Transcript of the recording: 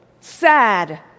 sad